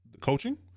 coaching